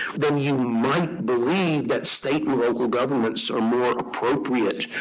then you might believe that state and local governments are more appropriate